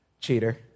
Cheater